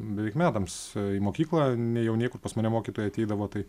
beveik metams į mokyklą nėjau niekur pas mane mokytojai ateidavo tai